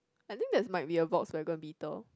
I think there might be a Volkswagen beetle